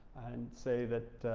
and say that